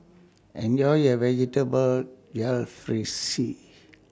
Enjoy your Vegetable Jalfrezi